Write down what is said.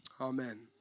Amen